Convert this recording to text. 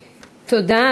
תודה.